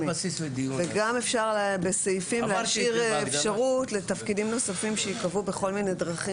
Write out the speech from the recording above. גם אפשר בסעיפים להשאיר אפשרות לתפקידים נוספים שייקבעו בכל מיני דרכים.